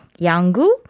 Yanggu